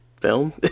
film